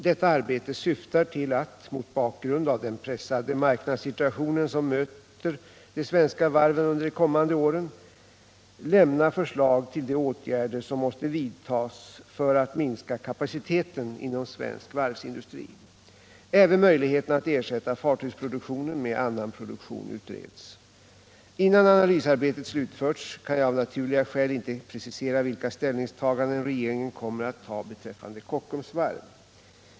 Detta arbete syftar till att - mot bakgrund av den pressade marknadssituation som möter de svenska varven under de kommande åren lämna förslag till de åtgärder som måste vidtas för att minska kapaciteten inom svensk varvsindustri. Även möjligheterna att ersätta fartygsproduktionen med annan produktion utreds. Innan analysarbetet slutförts kan jag av naturliga skäl inte precisera vilka ställningstaganden regeringen kommer att ta beträffande Kockums varv.